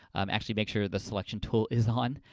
actually, make sure the selection tool is on.